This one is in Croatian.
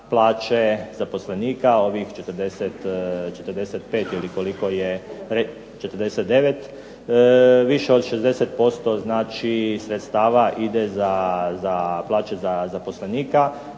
plaće zaposlenika 45 ili koliko je, 49, više od 60% sredstava ide za plaće zaposlenika,